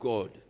God